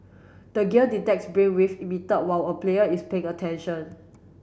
the gear detects brainwave emitted while a player is paying attention